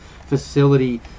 facility